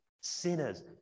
sinners